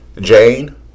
Jane